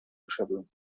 wyszedłem